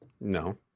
No